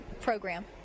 program